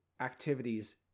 activities